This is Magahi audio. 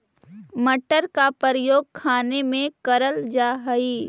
मटर का प्रयोग खाने में करल जा हई